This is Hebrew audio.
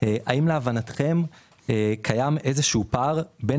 האם להבנתכם קיים איזה שהוא פער בין